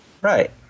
Right